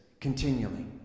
continually